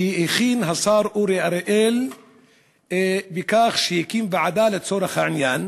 שהכין השר אורי אריאל בכך שהקים ועדה לצורך העניין.